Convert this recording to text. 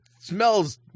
smells